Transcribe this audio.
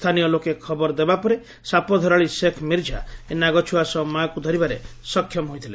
ସ୍ରାନୀୟ ଲୋକେ ଖବର ଦେବା ପରେ ସାପ ଧରାଳୀ ଶେକ୍ ମିର୍ଜା ଏହି ନାଗଛୁଆ ସହ ମାକୁ ଧରିବାରେ ସକ୍ଷମ ହୋଇଥୁଲେ